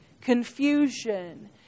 confusion